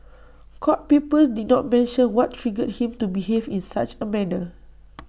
court papers did not mention what triggered him to behave in such A manner